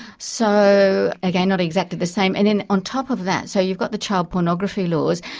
so again, not exactly the same. and then on top of that, so you've got the child pornography laws,